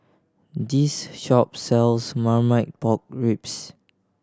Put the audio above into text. this shop sells Marmite Pork Ribs